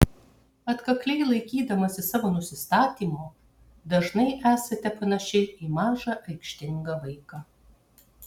atkakliai laikydamasi savo nusistatymo dažnai esate panaši į mažą aikštingą vaiką